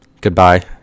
Goodbye